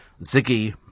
Ziggy